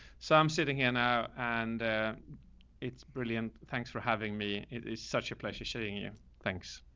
so i'm sitting here now and it's brilliant. thanks for having me. it is such a pleasure seeing you. thanks.